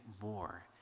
more